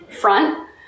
front